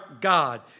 God